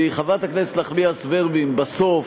כי, חברת הכנסת נחמיאס ורבין, בסוף,